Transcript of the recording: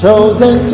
Chosen